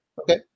Okay